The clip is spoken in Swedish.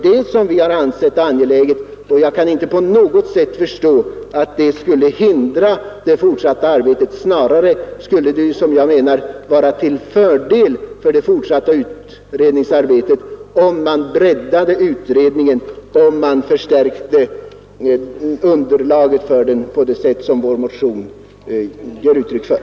Jag kan inte på något sätt förstå att det skulle hindra det fortsatta arbetet. Snarare skulle det, menar jag, vara till fördel för det fortsatta utredningsarbetet, om man breddade utredningen, om man förstärkte underlaget för den på det sätt som vår motion ger uttryck för.